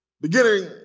Beginning